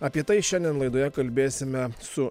apie tai šiandien laidoje kalbėsime su